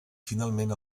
finalment